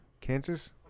Kansas